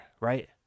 right